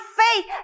faith